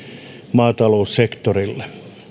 maata loussektorille